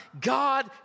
God